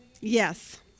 Yes